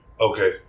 Okay